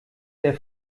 der